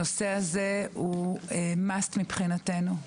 הנושא הזה הוא חובה מבחינתנו.